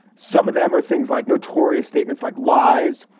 some of them are things like notorious statements like lies.